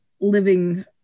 living